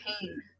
pain